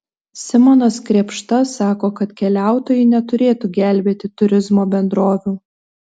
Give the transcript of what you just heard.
simonas krėpšta sako kad keliautojai neturėtų gelbėti turizmo bendrovių